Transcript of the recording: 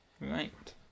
Right